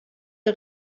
der